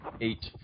Eight